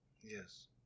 Yes